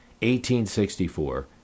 1864